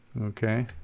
Okay